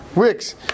wicks